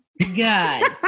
God